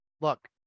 look